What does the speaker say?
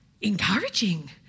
encouraging